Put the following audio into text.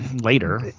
later